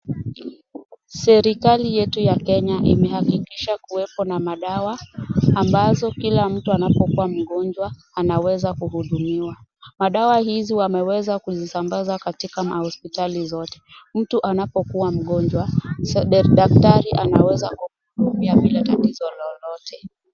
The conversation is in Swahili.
Serikali yetu ya Kenya imehakikisha kuwepo na madawa, ambazo kila mtu anapokuwa mgonjwa, anaweza kuhudimiwa. Madawa hizi wameweza kuzisambaza katika mahospitali zote. Mtu anapokuwa mgonjwa daktari anaweza kumuhudumia bila tatizo lolote.